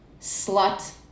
Slut